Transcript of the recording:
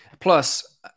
Plus